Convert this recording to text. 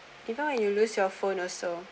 even when you lose your phone also